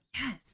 Yes